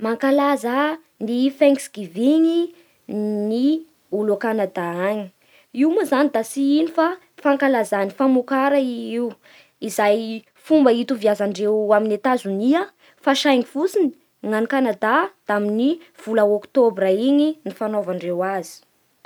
Mankaza ny thanksgiving ny olo a Kanada agny. Io moa zany da tsy ino fa fankalazà ny famokara i io izay fomba itoviazandreo amin'i Etazonia fa saingy fotsiny gn agny Kanada da amin'ny vola oktobra igny no anaovandreo azy.